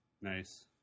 Nice